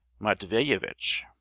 matveyevich